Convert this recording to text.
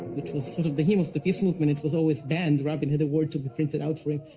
it was sort of the hymn of the peace movement. it was always banned, rabin had the word to be printed out for him,